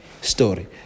story